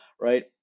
right